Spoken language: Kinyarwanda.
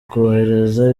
korohereza